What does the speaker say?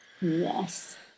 Yes